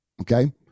Okay